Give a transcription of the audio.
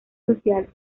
social